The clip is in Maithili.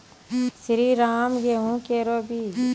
श्रीराम गेहूँ केरो बीज?